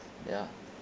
ya